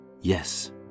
Yes